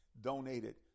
donated